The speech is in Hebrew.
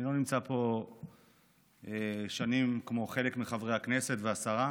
אני לא נמצא פה שנים כמו חלק מחברי הכנסת והשרה,